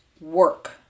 work